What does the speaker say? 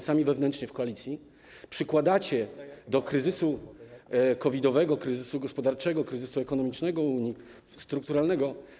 Sami wewnętrznie w koalicji przykładacie się do kryzysu COVID-owego, kryzysu gospodarczego, kryzysu ekonomicznego Unii, kryzysu strukturalnego.